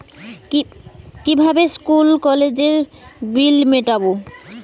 কিভাবে স্কুল কলেজের বিল মিটাব?